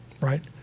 right